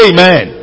Amen